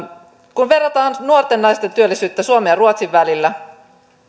kun verrataan nuorten naisten työllisyyttä suomen ja ruotsin välillä